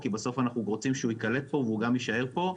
כי בסוף אנחנו רוצים שהוא ייקלט פה והוא גם יישאר פה,